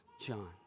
John